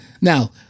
Now